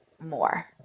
more